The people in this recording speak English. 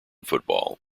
football